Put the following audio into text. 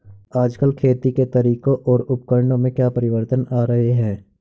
आजकल खेती के तरीकों और उपकरणों में क्या परिवर्तन आ रहें हैं?